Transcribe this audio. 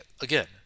Again